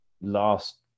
last